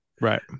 right